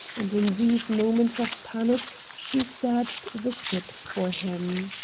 and in these moments of panic she searched the ship for him.